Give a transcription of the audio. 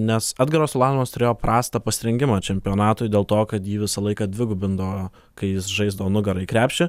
nes edgaras ulanovas turėjo prastą pasirengimą čempionatui dėl to kad ji visą laiką dvigubindavo kai jis žaisdavo nugara į krepšį